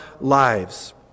lives